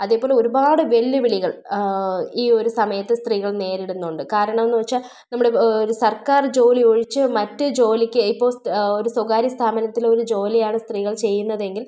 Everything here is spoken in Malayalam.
അതേപോലെ ഒരുപാട് വെല്ലുവിളികൾ ഈ ഒരു സമയത്ത് സ്ത്രീകൾ നേരിടുന്നുണ്ട് കാരണമെന്ന് വെച്ചാൽ നമ്മൾ ഇപ്പോൾ ഒരു സർക്കാർ ജോലി ഒഴിച്ച് മറ്റ് ജോലിക്ക് ഇപ്പോൾ സ്ഥ ഒരു സ്വകാര്യസ്ഥാപനത്തിൽ ഒരു ജോലിയാണ് സ്ത്രീകൾ ചെയ്യുന്നതെങ്കിൽ